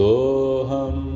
Soham